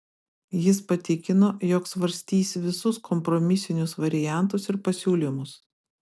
jis patikino jog svarstys visus kompromisinius variantus ir pasiūlymus